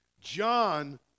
John